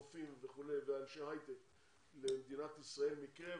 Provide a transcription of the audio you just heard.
רופאים ואנשי הייטק וכו' למדינת ישראל מקרב